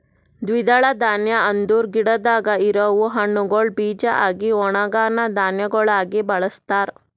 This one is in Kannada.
ದ್ವಿದಳ ಧಾನ್ಯ ಅಂದುರ್ ಗಿಡದಾಗ್ ಇರವು ಹಣ್ಣುಗೊಳ್ ಬೀಜ ಆಗಿ ಒಣುಗನಾ ಧಾನ್ಯಗೊಳಾಗಿ ಬಳಸ್ತಾರ್